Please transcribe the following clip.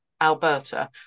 Alberta